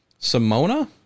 Simona